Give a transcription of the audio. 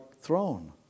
throne